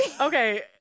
Okay